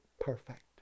perfect